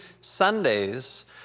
Sundays